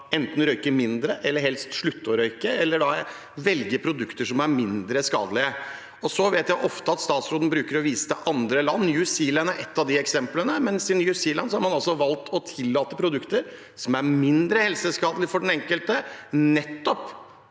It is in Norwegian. skal røyke mindre eller helst slutte å røyke, eller velge produkter som er mindre skadelige. Jeg vet at statsråden ofte bruker å vise til andre land. New Zealand er et av de eksemplene, men i New Zealand har man altså valgt å tillate produkter som er mindre helseskadelige for den enkelte, nettopp